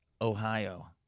Ohio